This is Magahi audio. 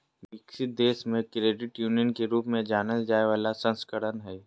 विकसित देश मे क्रेडिट यूनियन के रूप में जानल जाय बला संस्करण हइ